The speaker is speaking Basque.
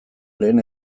lehen